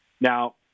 Now